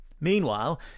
Meanwhile